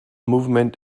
movement